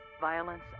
Violence